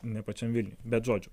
ne pačiam vilniuj bet žodžiu